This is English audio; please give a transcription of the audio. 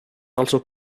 also